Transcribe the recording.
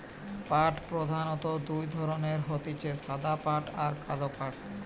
পাট প্রধানত দুই ধরণের হতিছে সাদা পাট আর কালো পাট